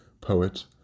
poet